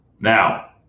Now